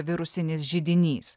virusinis židinys